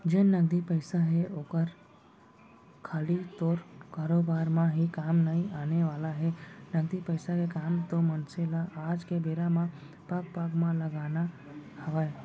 जेन नगदी पइसा हे ओहर खाली तोर कारोबार म ही काम नइ आने वाला हे, नगदी पइसा के काम तो मनसे ल आज के बेरा म पग पग म लगना हवय